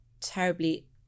terribly